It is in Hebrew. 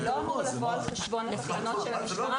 זה לא אמור לבוא על חשבון התחנות של המשטרה.